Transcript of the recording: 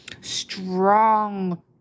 strong